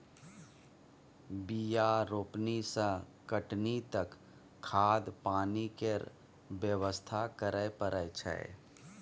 बीया रोपनी सँ कटनी तक खाद पानि केर बेवस्था करय परय छै